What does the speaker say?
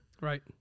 right